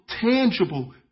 tangible